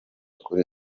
kuri